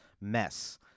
mess